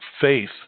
faith